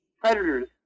predators